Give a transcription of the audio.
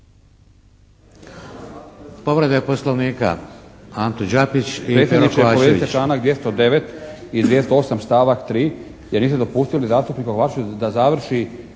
Povrede Poslovnika. Anto Đapić i Pero Kovačević.